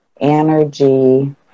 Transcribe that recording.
energy